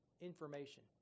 Information